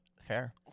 Fair